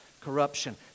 corruption